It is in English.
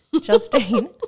Justine